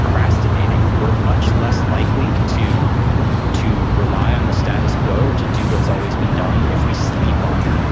procrastinating. we're much less likely to to rely on the status quo or to do what's always been done if we sleep on it.